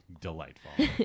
delightful